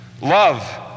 love